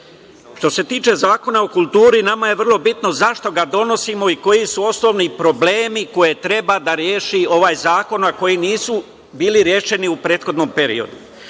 se tiče Zakona o kulturi, nama je vrlo bitno zašto ga donosimo i koji su osnovni problemi koje treba da reši ovaj zakon, a koji nisu bili rešeni u prethodnom periodu. Kako